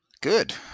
Good